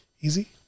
easy